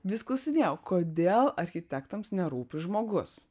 vis klausinėjo kodėl architektams nerūpi žmogus